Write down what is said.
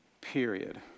Period